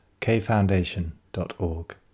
kfoundation.org